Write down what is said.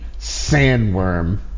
Sandworm